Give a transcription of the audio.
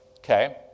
Okay